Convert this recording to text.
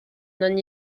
non